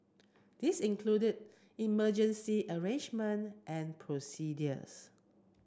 this included emergency arrangement and procedures